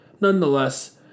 nonetheless